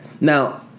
Now